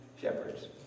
shepherds